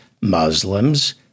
Muslims